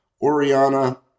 Oriana